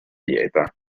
dieta